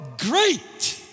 great